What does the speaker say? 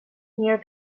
near